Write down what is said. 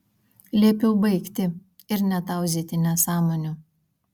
liepiau baigti ir netauzyti nesąmonių